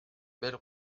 belle